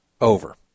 Over